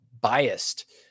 biased